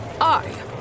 I